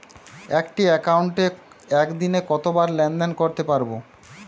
একটি একাউন্টে একদিনে কতবার লেনদেন করতে পারব?